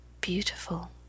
beautiful